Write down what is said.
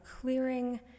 clearing